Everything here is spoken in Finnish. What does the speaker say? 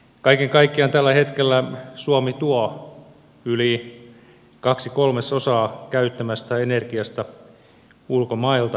kaiken kaikkiaan tällä hetkellä suomi tuo yli kaksi kolmasosaa käyttämästään energiasta ulkomailta